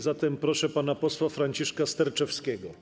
Zatem proszę pana posła Franciszka Sterczewskiego.